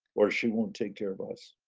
or she won't take care of us.